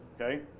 Okay